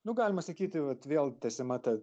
nu galima sakyti vat vėl tęsiama ta